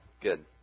good